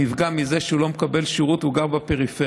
נפגע מזה שהוא לא מקבל שירות כי הוא גר בפריפריה,